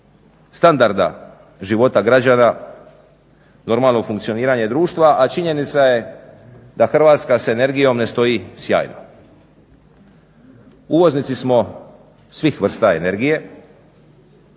standarda života građana, normalno funkcioniranje društva, a činjenica je da Hrvatska s energijom ne stoji sjajno. Uvoznici smo svih vrsta energije,